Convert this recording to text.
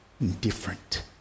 indifferent